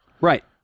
right